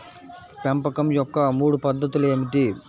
పెంపకం యొక్క మూడు పద్ధతులు ఏమిటీ?